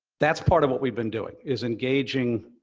that's part of what we've been doing, is engaging